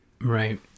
right